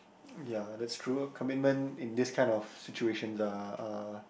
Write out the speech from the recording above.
um ya that's true ah commitment in this kind of situations are are